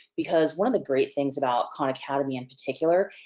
because, one of the great things about khan academy in particular,